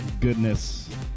Goodness